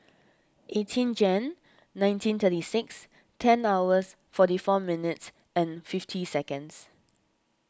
eighteen Jan nineteen thirty six ten hours forty four minutes and fifty seconds